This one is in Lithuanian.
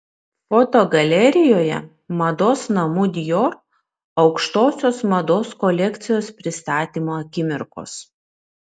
fotogalerijoje mados namų dior aukštosios mados kolekcijos pristatymo akimirkos